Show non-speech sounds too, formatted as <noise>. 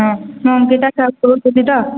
ହଁ ମ୍ୟାମ୍ ସେଇଟା <unintelligible> ତ